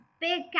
big